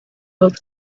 over